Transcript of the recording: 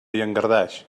llangardaix